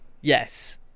Yes